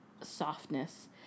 softness